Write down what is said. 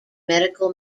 medical